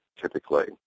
typically